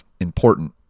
important